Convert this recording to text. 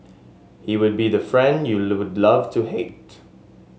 he would be the friend you would love to hate